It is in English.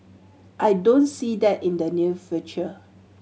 I don't see that in the near future